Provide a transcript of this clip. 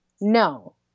no